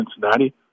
Cincinnati